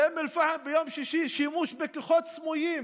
באום אל-פחם, ביום שישי, שימוש בכוחות סמויים